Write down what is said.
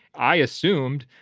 i assumed,